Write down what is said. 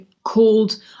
called